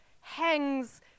hangs